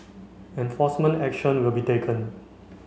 enforcement action will be taken